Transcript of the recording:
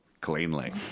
Cleanly